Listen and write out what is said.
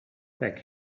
back